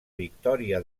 victòria